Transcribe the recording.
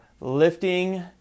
lifting